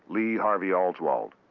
lee harvey oswald.